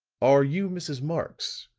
are you mrs. marx?